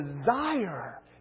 desire